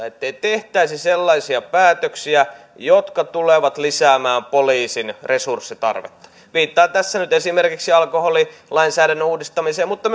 ettei tehtäisi sellaisia päätöksiä jotka tulevat lisäämään poliisin resurssitarvetta viittaan tässä nyt esimerkiksi alkoholilainsäädännön uudistamiseen mutta